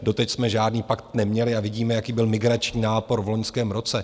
Doteď jsme žádný pakt neměli a vidíme, jaký byl migrační nápor v loňském roce.